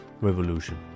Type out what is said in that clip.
revolution